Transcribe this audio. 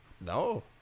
No